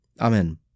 Amen